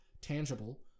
tangible